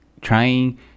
trying